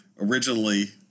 originally